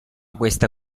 questa